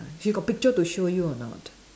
she got picture to show you or not